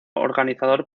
organizador